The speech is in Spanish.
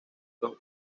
los